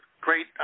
Great